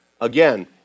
again